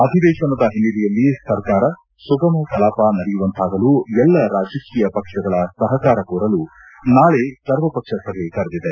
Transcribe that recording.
ಅಧಿವೇತನದ ಹಿನ್ನೆಲೆಯಲ್ಲಿ ಸರ್ಕಾರ ಸುಗಮ ಕಲಾಪ ನಡೆಯುವಂತಾಗಲು ಎಲ್ಲ ರಾಜಕೀಯ ಪಕ್ಷಗಳ ಸಹಕಾರ ಕೋರಲು ನಾಳೆ ಸರ್ವ ಪಕ್ಷ ಸಭೆ ಕರೆದಿದೆ